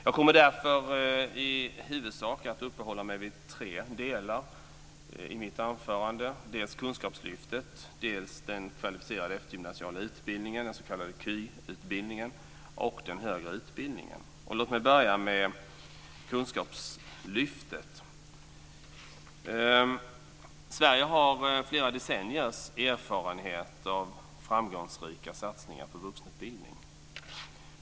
Jag kommer därför i huvudsak att i mitt anförande uppehålla mig vid tre delar - dels Kunskapslyftet, dels den kvalificerade eftergymnasiala utbildningen, den s.k. KY-utbildningen, dels den högre utbildningen. Låt mig börja med Kunskapslyftet. Sverige har flera decenniers erfarenhet av framgångsrika satsningar på vuxenutbildning.